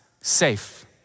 safe